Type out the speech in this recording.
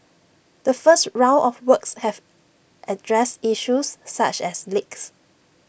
the first round of works have addressed issues such as leaks